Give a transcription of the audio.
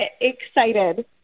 excited